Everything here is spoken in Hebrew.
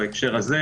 בהקשר הזה